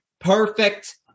Perfect